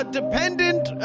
dependent